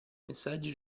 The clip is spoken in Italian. messaggi